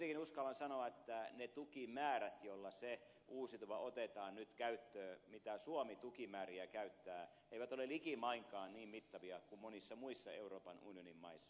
kuitenkin uskallan sanoa että ne tukimäärät joilla se uusiutuva otetaan nyt käyttöön mitä suomi tukimääriä käyttää eivät ole likimainkaan niin mittavia kuin monissa muissa euroopan unionin maissa